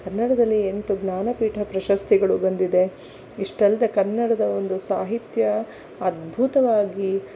ಕನ್ನಡದಲ್ಲಿ ಎಂಟು ಜ್ಞಾನಪೀಠ ಪ್ರಶಸ್ತಿಗಳು ಬಂದಿದೆ ಇಷ್ಟಲ್ಲದೇ ಕನ್ನಡದ ಒಂದು ಸಾಹಿತ್ಯ ಅದ್ಭುತವಾಗಿ